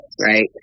right